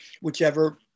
whichever